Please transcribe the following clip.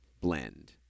blend